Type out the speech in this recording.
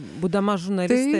būdama žurnalistė